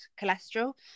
cholesterol